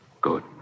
Good